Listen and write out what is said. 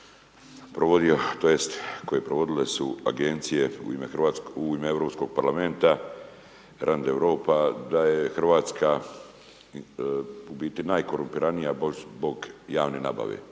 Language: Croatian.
tj. provodile su agencije u ime Europskog parlamenta, Grand Europa, da je Hrvatska u biti najkorumpiranija zbog javne nabave,